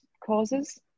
causes